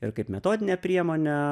ir kaip metodinę priemonę